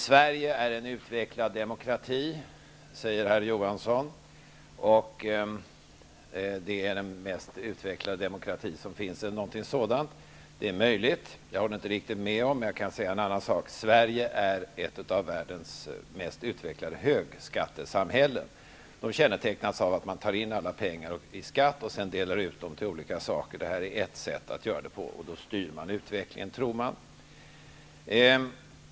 Sverige är en utvecklad demokrati, säger herr Johansson, och han säger något i stil med att det är den mest utvecklade demokrati som finns. Det är möjligt. Jag håller inte riktigt med honom, men jag kan säga en annan sak: Sverige är ett av världens mest utvecklade högskattesamhällen. Dessa kännetecknas av att man tar in alla pengar i skatt och sedan delar ut dem till olika saker. Det här är ett sätt, och man tror att man på det viset styr utvecklingen.